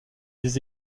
des